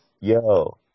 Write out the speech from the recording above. Yo